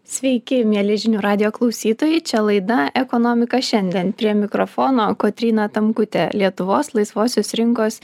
sveiki mieli žinių radijo klausytojai čia laida ekonomika šiandien prie mikrofono kotryna tamkutė lietuvos laisvosios rinkos